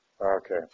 Okay